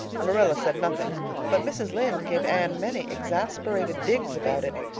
marilla said nothing but mrs. lynde gave anne many exasperated digs about it,